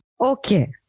Okay